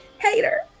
Hater